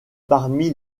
parmi